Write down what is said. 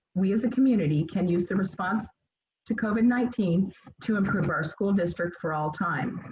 we as a community can use the response to covid nineteen to improve our school district for all time.